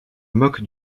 moque